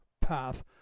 path